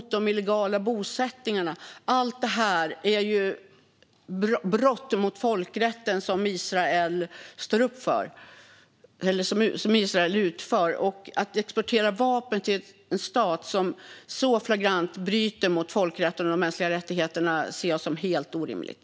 Allt detta är brott mot folkrätten som Israel utför. Att exportera vapen till en stat som så flagrant bryter mot folkrätten och de mänskliga rättigheterna ser jag som helt orimligt.